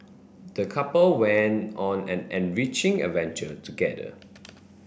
the couple went on an enriching adventure together